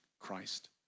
Christ